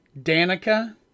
Danica